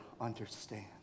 understand